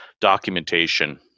documentation